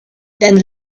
then